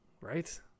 right